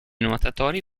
nuotatori